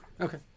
Okay